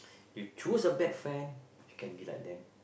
you choose a bad friend you can be like them